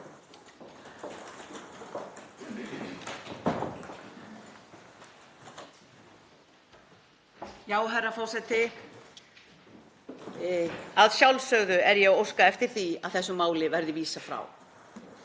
Herra forseti. Að sjálfsögðu er ég að óska eftir því að þessu máli verði vísað frá.